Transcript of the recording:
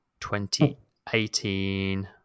2018